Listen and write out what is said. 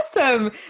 Awesome